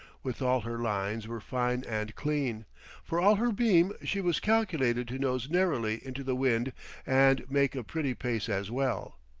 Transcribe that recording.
withal her lines were fine and clean for all her beam she was calculated to nose narrowly into the wind and make a pretty pace as well.